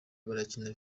barakina